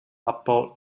abbau